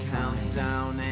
Countdown